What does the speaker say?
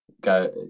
Go